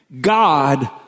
God